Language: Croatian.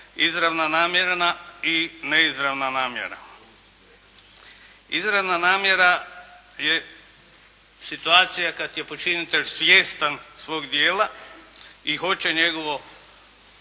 izravna namjera i neizravna namjera. Izravna namjera je situacija kada je počinitelj svjestan svog djela i hoće njegovo